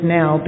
now